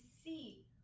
see